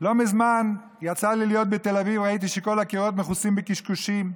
לא מזמן יצא לי להיות בתל אביב וראיתי שכל הקירות מכוסים בקשקושים.